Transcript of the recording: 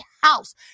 house